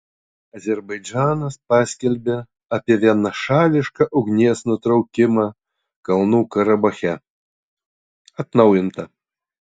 azerbaidžanas paskelbė apie vienašališką ugnies nutraukimą kalnų karabache atnaujinta